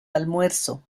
almuerzo